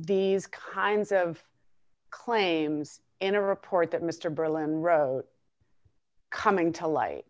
these kinds of claims in a report that mr berlin row coming to light